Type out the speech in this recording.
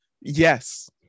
yes